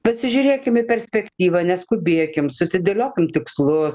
pasižiūrėkim į perspektyvą neskubėkim susidėliokim tikslus